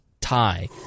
tie